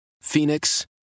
Phoenix